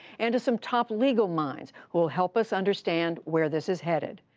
and to some top legal minds, who will help us understand where this is headed.